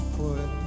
put